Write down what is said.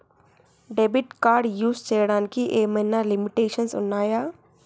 Debit card use చేయడానికి ఏమైనా limitations ఉన్నాయా?